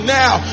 now